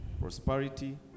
prosperity